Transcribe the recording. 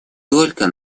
только